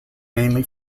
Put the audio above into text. mainly